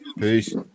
Peace